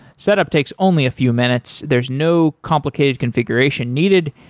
setup takes only a few minutes. there's no complicated configuration needed.